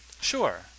Sure